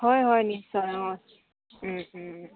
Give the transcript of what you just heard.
হয় হয় নিশ্চয় অঁ